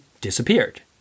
disappeared